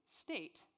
state